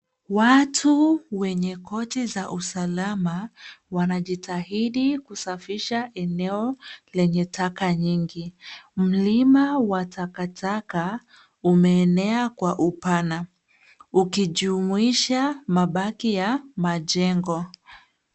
Watu wenye koti za usalama wanajitahidi kusafisha eneo lenye taka nyingi. Mlima wa takataka umeenea kwa upana, ukijumuisha mabaki ya majengo.